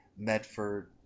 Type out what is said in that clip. Medford